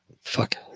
Fuck